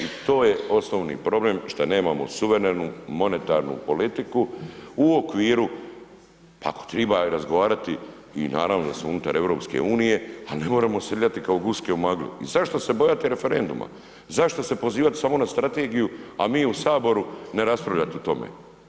I to je osnovno problem šta nemamo suverenu monetarnu politiku u okviru pa ako treba razgovarati i naravno da smo unutar EU-a, ali ne moramo srljati kao guske u maglu i zašto se bojati referenduma, zašto se pozivati samo na strategiju a mi u Saboru ne raspravljati o tome?